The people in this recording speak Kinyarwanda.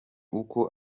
uko